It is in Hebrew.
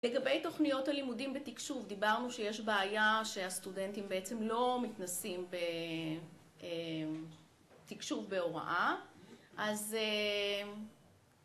לגבי תוכניות הלימודים בתקשוב, דיברנו שיש בעיה שהסטודנטים בעצם לא מתנסים בתקשוב בהוראה. אז...